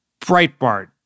Breitbart